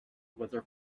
weather